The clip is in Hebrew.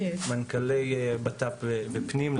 מנכ"לי בט"פ ופנים,